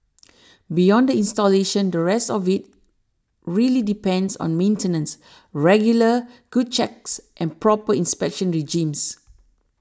beyond the installation the rest of it really depends on maintenance regular good checks and proper inspection regimes